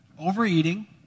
overeating